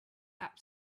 app